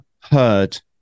heard